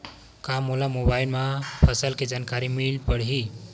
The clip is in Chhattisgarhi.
का मोला मोबाइल म फसल के जानकारी मिल पढ़ही?